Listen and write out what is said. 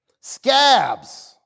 Scabs